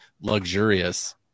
luxurious